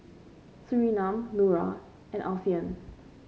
Surinam Nura and Alfian